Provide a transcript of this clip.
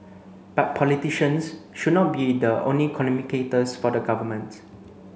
but politicians should not be the only communicators for the government